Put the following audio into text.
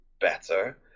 better